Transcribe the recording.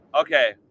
Okay